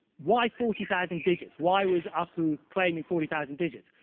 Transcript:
why forty thousand digits? why was apu claiming forty thousand digits?